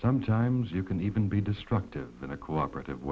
sometimes you can even be destructive in a cooperative